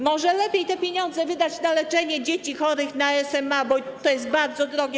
Może lepiej te pieniądze wydać na leczenie dzieci chorych na SMA, bo to jest bardzo drogie.